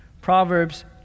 Proverbs